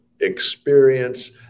experience